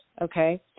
Okay